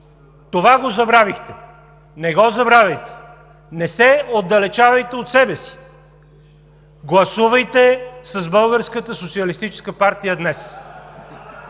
Това го забравихте! Не го забравяйте! Не се отдалечавайте от себе си! Гласувайте с